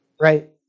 right